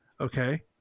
okay